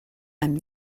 amb